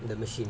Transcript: the machine